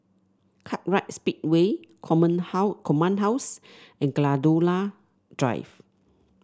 Kartright Speedway Common How Command House and Gladiola Drive